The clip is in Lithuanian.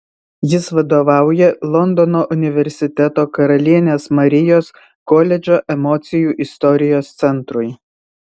jis vadovauja londono universiteto karalienės marijos koledžo emocijų istorijos centrui